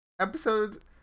episode